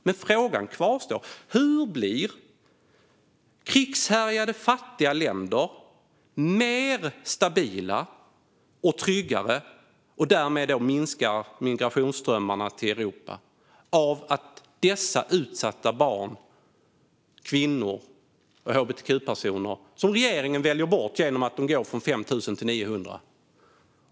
Men frågan kvarstår: Hur blir krigshärjade, fattiga länder stabilare och tryggare, vilket också minskar migrationsströmmarna till Europa, av att dessa utsatta barn, kvinnor och hbtq-personer väljs bort av regeringen genom att man går från 5 000 till 900?